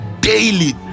daily